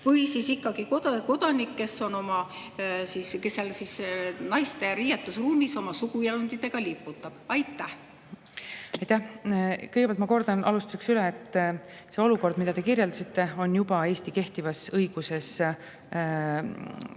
või siis ikkagi kodanik, kes seal naiste riietusruumis oma suguelunditega liputab? Aitäh! Kõigepealt ma kordan alustuseks üle, et see olukord, mida te kirjeldasite, on juba Eesti kehtivas õiguses